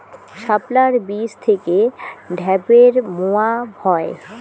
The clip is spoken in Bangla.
শাপলার বীজ থেকে ঢ্যাপের মোয়া হয়?